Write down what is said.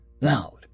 loud